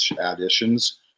additions